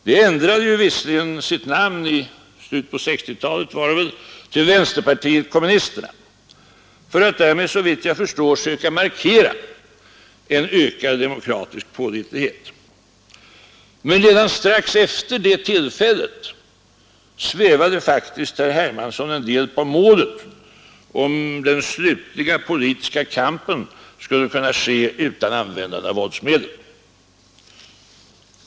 Det ändrade visserligen sitt namn i slutet på 1960-talet — det var väl då — till vänsterpartiet kommunisterna för att därmed såvitt jag förstår söka markera en ökad demokratisk pålitlighet, men redan strax efter det tillfället svävade faktiskt herr Hermansson en del på målet när det gällde om den slutliga politiska kampen skulle kunna ske utan användande av våldsmedel.